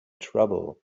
trouble